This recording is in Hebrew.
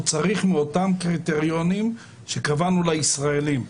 הוא צריך באותם קריטריונים שקבענו לישראלים.